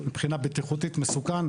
מבחינה בטיחותית מסוכן.